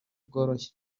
bworoshye